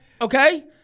Okay